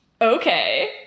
Okay